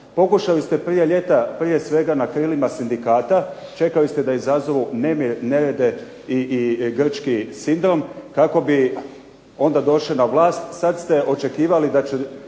Pokušali ste prije ljeta prije svega na krilima sindikata. Čekali ste da izazovu nemir, nerede i grčki sindrom kako bi onda došli na vlast. Sad ste očekivali da će